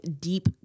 deep